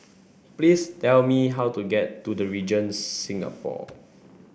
please tell me how to get to The Regent Singapore